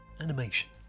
animation